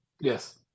Yes